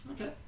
Okay